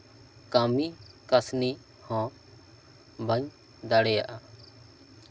ᱠᱟᱹᱢᱤ ᱠᱟᱹᱥᱱᱤ ᱦᱚᱸ ᱵᱟᱹᱧ ᱫᱟᱲᱮᱭᱟᱜᱼᱟ